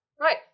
Right